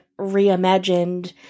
reimagined